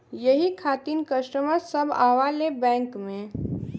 यही खातिन कस्टमर सब आवा ले बैंक मे?